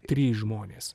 trys žmonės